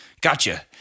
Gotcha